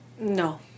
no